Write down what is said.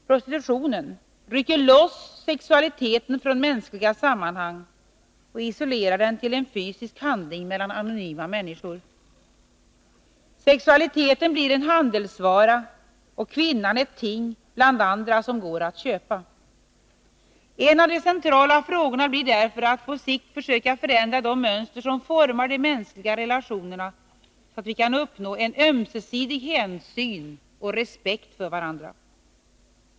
Prostitutionen rycker loss sexualiteten från mänskliga sammanhang och isolerar den till en fysisk handling mellan anonyma människor. Sexualiteten blir en handelsvara och kvinnan ett ting bland andra som går att köpa. En av de centrala frågorna blir därför att på sikt försöka förändra de mönster som formar de mänskliga relationerna, så att vi kan uppnå en ömsesidig hänsyn och respekt för varandra.